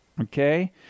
Okay